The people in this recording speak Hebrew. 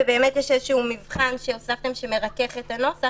ובאמת יש איזשהו מבחן שהוספתם שמרכך את הנוסח.